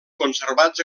conservats